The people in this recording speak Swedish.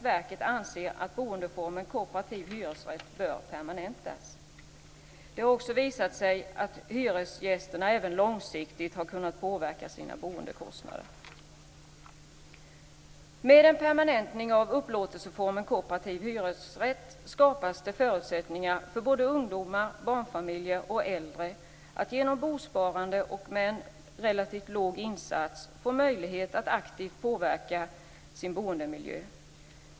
Verket anser också att boendeformen kooperativ hyresrätt bör permanentas. Det har också visat sig att hyresgästerna även långsiktigt har kunnat påverka sina boendekostnader. Med en permanentning av upplåtelseformen kooperativ hyresrätt skapas det förutsättningar för såväl ungdomar som barnfamiljer och äldre att genom bosparande och med en relativt låg insats få möjlighet att aktivt påverka sin boendemiljö.